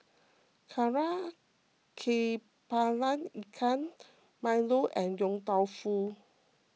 Kari Kepala Ikan Milo and Yong Tau Foo